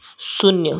शून्य